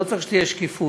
לא צריך שתהיה שקיפות.